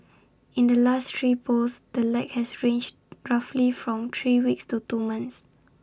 in the last three polls the lag has ranged roughly from three weeks to two months